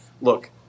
look